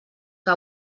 que